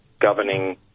governing